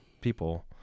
people